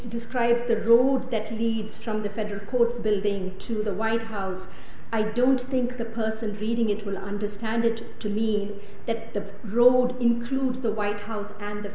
describes the road that leads from the federal courts building to the white house i don't think the person reading it will understand it to me that the road includes the white house and the